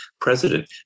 president